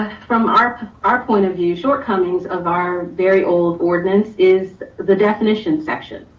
from our our point of view, shortcomings of our very old ordinance is the definition section.